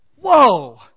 Whoa